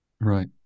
Right